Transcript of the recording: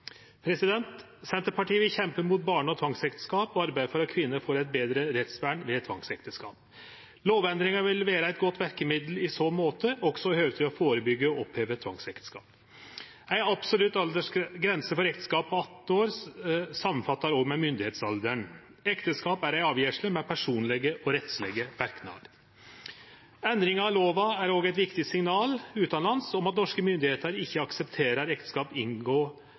Senterpartiet vil kjempe mot barne- og tvangsekteskap og arbeide for at kvinner får eit betre rettsvern ved tvangsekteskap. Lovendringa vil vere eit godt verkemiddel i så måte, også i høve til å førebyggje og oppheve tvangsekteskap. Ei absolutt grense for ekteskap på 18 år samsvarer òg med myndigheitsalderen. Ekteskap er ei avgjersle med personlege og rettslege verknader. Endringa i lova er òg eit viktig signal utanlands om at norske myndigheiter ikkje aksepterer